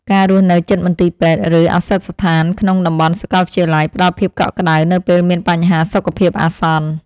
ការរស់នៅជិតមន្ទីរពេទ្យ ឬឱសថស្ថានក្នុងតំបន់សាកលវិទ្យាល័យផ្តល់ភាពកក់ក្តៅនៅពេលមានបញ្ហាសុខភាពអាសន្ន។